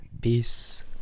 peace